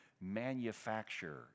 manufacture